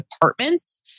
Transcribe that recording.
departments